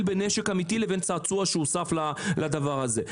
בין נשק אמיתי לבין צעצוע שהוסף לדבר הזה.